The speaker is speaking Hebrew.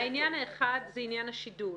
העניין האחד זה עניין השידול,